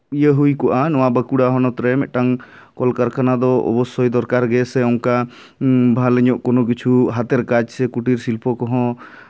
ᱤᱭᱟᱹ ᱦᱩᱭ ᱠᱚᱜᱼᱟ ᱵᱟᱹᱠᱩᱲᱟ ᱦᱚᱱᱚᱛ ᱨᱮ ᱢᱤᱫᱴᱟᱝ ᱠᱚᱞᱼᱠᱟᱨᱠᱷᱟᱱᱟ ᱫᱚ ᱚᱵᱳᱥᱥᱳᱭ ᱫᱚᱨᱠᱟᱨ ᱜᱮ ᱥᱮ ᱚᱱᱠᱟ ᱵᱷᱟᱞᱮ ᱧᱚᱜ ᱠᱳᱱᱳ ᱠᱤᱪᱷᱩ ᱦᱟᱛᱮᱨ ᱠᱟᱡᱽ ᱥᱮ ᱠᱩᱴᱤᱨ ᱥᱤᱞᱯᱚ ᱠᱚᱦᱚᱸ